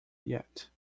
yet